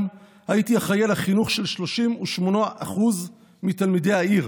הייתי אחראי על החינוך של 38% מתלמידי העיר